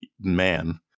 man